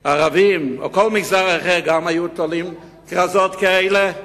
ערבים, גם היו תולים כרזות כאלה?